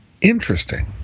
Interesting